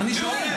אני שואל,